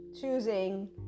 Choosing